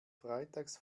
freitags